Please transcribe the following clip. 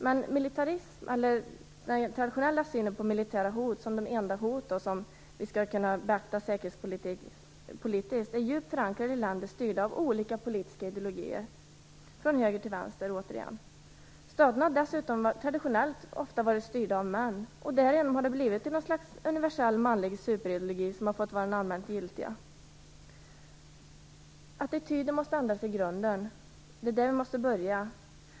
Men militarism, eller den traditionella synen på militära hot som de enda hot som vi skall beakta säkerhetspolitiskt, är djupt förankrad i länder styrda av olika politiska ideologier, från höger till vänster. Staterna har dessutom traditionellt varit styrda av män, och därigenom har det blivit ett slags universell manlig "superideologi" som har fått vara den allmänt giltiga. Attityder måste ändras i grunden - det är där vi måste börja.